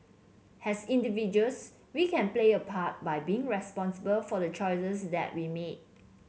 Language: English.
as individuals we can play a part by being responsible for the choices that we make